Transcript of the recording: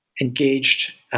engaged